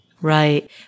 Right